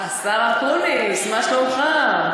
השר אקוניס, מה שלומך?